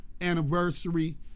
anniversary